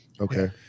Okay